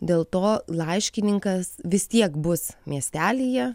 dėl to laiškininkas vis tiek bus miestelyje